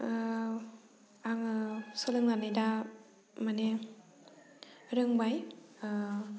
आङो सोलोंनानै दा माने रोंबाय